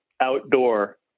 outdoor